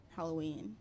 Halloween